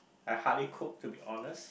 I hardly cook to be honest